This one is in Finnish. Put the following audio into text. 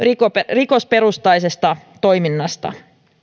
rikosperusteisesta toiminnasta